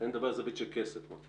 אני מדבר על זווית של כסף, מוטי.